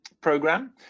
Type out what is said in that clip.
program